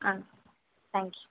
ஆ thank you